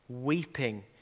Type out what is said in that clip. weeping